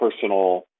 personal